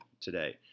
today